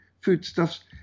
foodstuffs